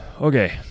Okay